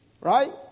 Right